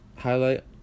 highlight